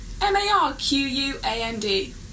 M-A-R-Q-U-A-N-D